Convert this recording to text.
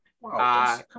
Wow